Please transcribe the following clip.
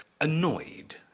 annoyed